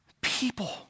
people